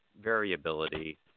variability